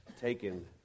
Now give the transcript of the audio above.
taken